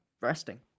resting